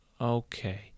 Okay